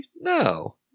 No